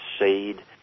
seed